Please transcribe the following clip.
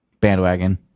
bandwagon